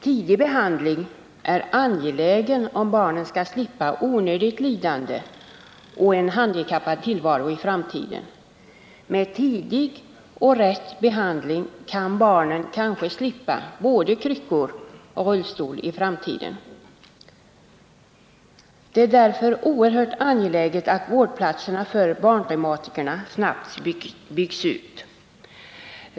Tidig behandling är angelägen, om barnen skall slippa onödigt lidande och en av handikapp präglad tillvaro. Med tidig och rätt behandling kan barnen kanske slippa både kryckor och rullstol i framtiden. Det är därför oerhört angeläget att vårdplatserna för barnreumatiker snabbt byggs ut.